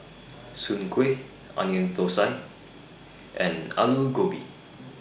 Soon Kuih Onion Thosai and Aloo Gobi